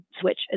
switch